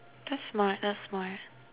that's smart that's smart